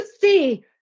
see